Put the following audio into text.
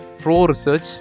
pro-research